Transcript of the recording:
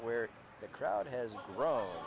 where the crowd has grow